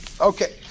Okay